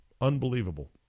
Unbelievable